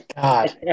God